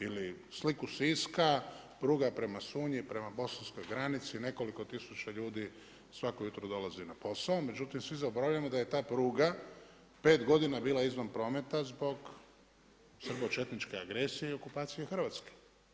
Ili sliku Siska, pruga prema Sunji, prema bosanskoj granici, nekoliko tisuća ljudi, svako jutro dolazi na posao, međutim, svi zaboravljamo da je ta pruga 5 godina bila izvan prometa zbog srbočetničke agresije i okupacije Hrvatske.